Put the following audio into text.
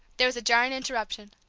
there was a jarring interruption.